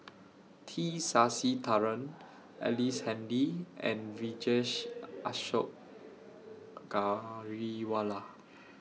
T Sasitharan Ellice Handy and Vijesh Ashok Ghariwala